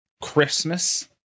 Christmas